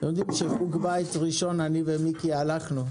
אתם יודעים, לחוג בית ראשון שאני ומיקי הלכנו.